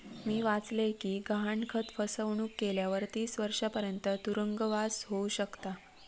मी वाचलय कि गहाणखत फसवणुक केल्यावर तीस वर्षांपर्यंत तुरुंगवास होउ शकता